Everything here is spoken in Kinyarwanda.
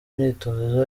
imyitozo